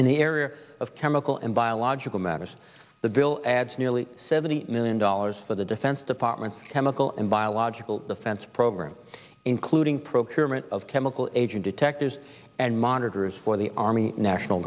in the area of chemical and biological matters the bill adds nearly seventy million dollars for the defense department chemical and biological defense programs including procurement of chemical agent detectors and monitors for the army